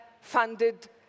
funded